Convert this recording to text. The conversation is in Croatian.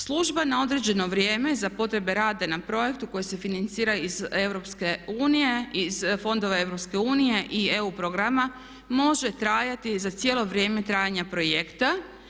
Služba na određeno vrijeme za potrebe rada na projektu koje se financira iz fondova EU i EU programa može trajati za cijelo vrijeme trajanja projekta.